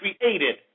created